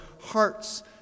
hearts